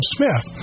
Smith